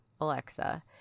Alexa